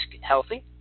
healthy